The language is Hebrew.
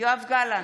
יואב גלנט,